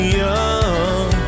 young